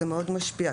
זה מאוד משפיע,